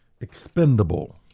expendable